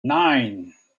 nine